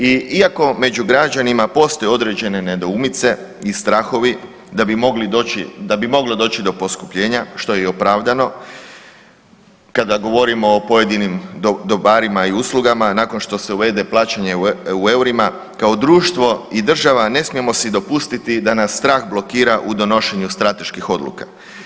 I iako među građanima postoje određene nedoumice i strahovi da bi moglo doći do poskupljenja, što je i opravdano kada govorimo o pojedinim dobarima i uslugama nakon što se uvede plaćanje u eurima, kao društvo i država ne smijemo si dopustiti da nas strah blokira u donošenju strateških odluka.